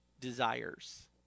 desires